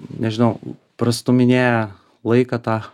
nežinau prastūminėja laiką tą